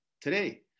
today